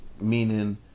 meaning